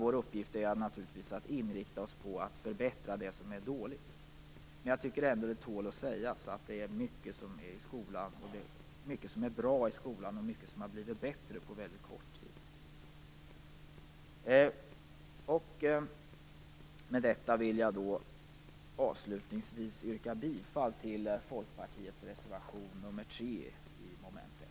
Vår uppgift är naturligtvis att inrikta oss på att förbättra det som är dåligt. Men jag tycker ändå att det tål att sägas att det är mycket som är bra i skolan och att det är mycket som har blivit bättre på väldigt kort tid. Med detta vill jag avslutningsvis yrka bifall till folkpartiets reservation nr 3 i mom. 1.